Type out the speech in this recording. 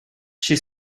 she